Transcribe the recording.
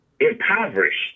impoverished